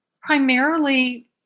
primarily